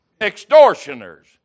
extortioners